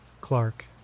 Clark